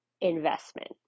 investment